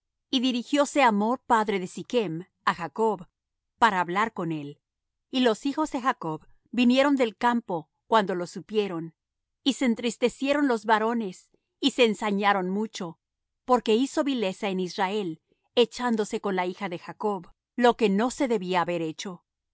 y dirigióse hamor padre de sichm á jacob para hablar con él y los hijos de jacob vinieron del campo cuando lo supieron y se entristecieron los varones y se ensañaron mucho porque hizo vileza en israel echándose con la hija de jacob lo que no se debía haber hecho y